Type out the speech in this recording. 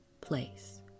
place